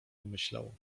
pomyślał